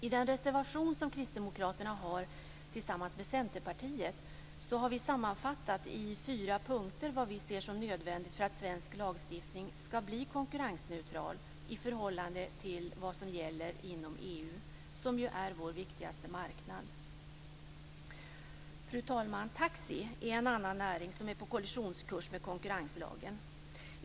I den reservation som vi kristdemokrater har tillsammans med Centerpartiet har vi i fyra punkter sammanfattat vad vi ser som nödvändigt för att svensk lagstiftning skall bli konkurrensneutral i förhållande till vad som gäller inom EU, som ju är vår viktigaste marknad. Fru talman! Taxi är en annan näring som är på kollisionskurs med konkurrenslagen.